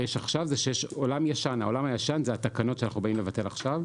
"העולם הישן" זה התקנות שאנחנו באים לבטל עכשיו.